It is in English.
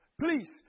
Please